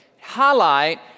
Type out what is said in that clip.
highlight